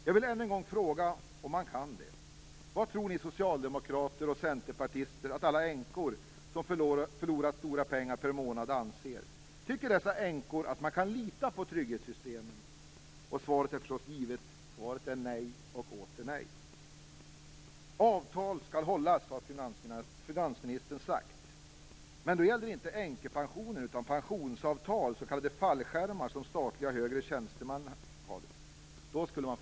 Jag vill än en gång fråga om man kan det? Vad tror ni socialdemokrater och centerpartister att alla änkor som förlorat stora pengar per månad anser? Tycker dessa änkor att man kan lita på trygghetssystemen? Svaret är förstås givet: Nej och åter nej. "Avtal skall hållas", har finansministern sagt. Men det gäller inte änkepensioner utan pensionsavtal, s.k. fallskärmar, som högre tjänstemän inom staten har.